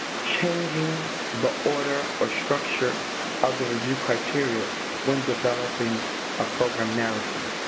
changing the order or structure of the review criteria when developing a program narrative.